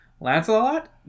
Lancelot